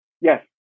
yes